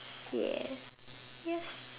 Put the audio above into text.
ya yes